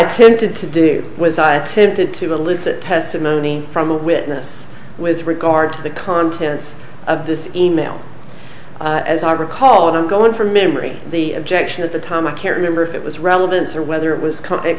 tended to do was i attempted to elicit testimony from a witness with regard to the contents of this e mail as i recall and i'm going from memory the objection at the time i can't remember it was relevance or whether it was it